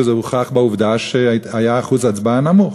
וזה הוכח בעובדה שאחוז ההצבעה היה נמוך,